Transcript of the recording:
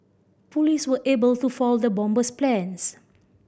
police were able to foil the bomber's plans